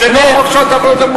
זה לא חוק שעות עבודה ומנוחה.